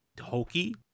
hokey